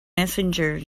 messenger